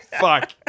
Fuck